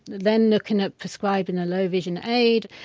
then looking at prescribing a low vision aid.